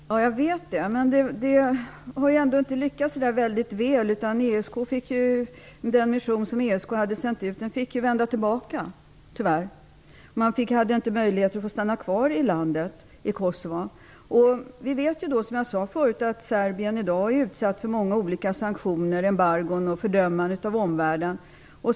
Fru talman! Jag vet det, men anser ändå att det inte har lyckats särskilt väl. Den mission som ESK hade sänt ut fick tyvärr vända tillbaka. Den hade inte möjlighet att stanna kvar i Kosova. Vi vet att Serbien av omvärlden i dag är utsatt för många olika sanktioner, embargon och fördömanden.